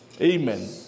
Amen